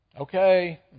Okay